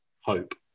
hope